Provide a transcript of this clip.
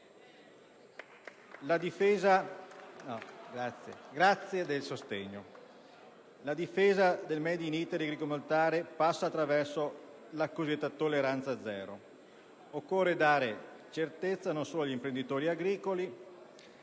in essere. La difesa del *made in Italy* agroalimentare passa attraverso la cosiddetta tolleranza zero. Occorre dare certezze non solo agli imprenditori agricoli